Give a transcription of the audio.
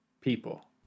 people